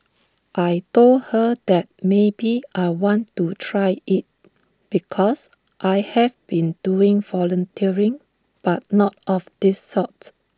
I Told her that maybe I want to try IT because I have been doing volunteering but not of this sorts